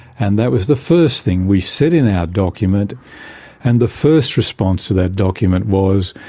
and that was the first thing we said in our document and the first response to that document was,